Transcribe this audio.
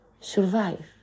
survive